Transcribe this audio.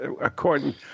according